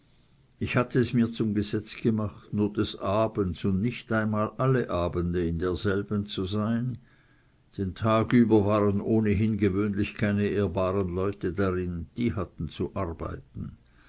ich hatte es mir zum gesetz gemacht nur des abends und nicht einmal alle abende in derselben zu sein den tag über waren ohnehin gewöhnlich keine ehrbaren leute darin die hatten zu arbeiten